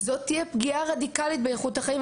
זאת תהיה פגיעה רדיקלית באיכות החיים,